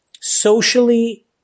socially